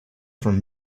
from